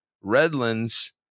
Redlands